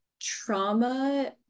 trauma